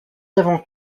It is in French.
avant